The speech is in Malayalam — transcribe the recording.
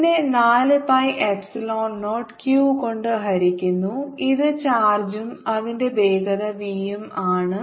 1 നെ 4 pi എപ്സിലോൺ നോട്ട് q കൊണ്ട് ഹരിക്കുന്നു ഇത് ചാർജും അതിന്റെ വേഗത v ഉം ആണ്